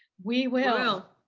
we will.